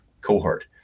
cohort